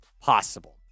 possible